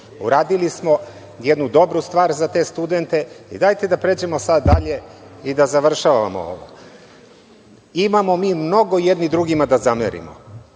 Uradili smo jednu dobru stvar za te studente i dajte da pređemo sada dalje i da završavamo ovo. Imamo mi mnogo jedni drugima da zamerimo.